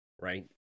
right